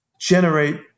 generate